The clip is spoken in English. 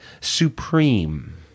supreme